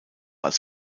als